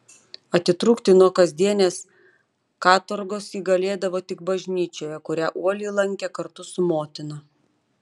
atitrūkti nuo kasdienės katorgos ji galėdavo tik bažnyčioje kurią uoliai lankė kartu su motina